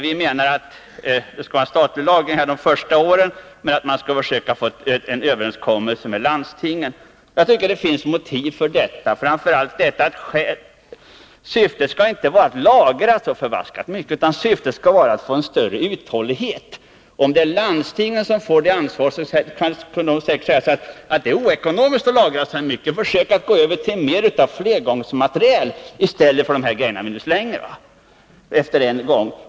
Vi menar att det skall vara en statlig lagring under de ianasungen. Jag tycker det tinns motiv tor detta. Syrtet skall inte vara att lagra så förfärligt mycket, utan syftet skall vara att skapa en större uthållighet. Om landstingen får detta ansvar kunde de säkert säga, att det är oekonomiskt att lagra mycket — försök att gå över till mer av flergångsmateriel i stället för de grejer vi nu slänger, kanske efter att ha använt dem en gång.